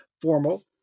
formal